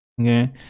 okay